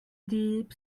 deep